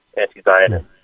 anti-Zionist